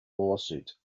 lawsuit